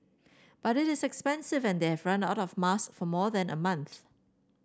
but it is expensive and they out of mask for more than a month